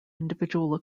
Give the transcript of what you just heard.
individual